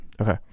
Okay